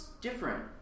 different